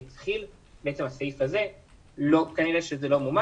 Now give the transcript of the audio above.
לא מימש אותו כנראה.